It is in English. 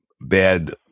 bad